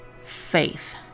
Faith